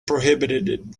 prohibited